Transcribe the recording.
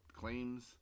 claims